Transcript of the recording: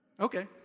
Okay